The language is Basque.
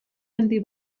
handi